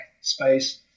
space